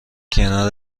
کنار